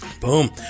Boom